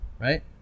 right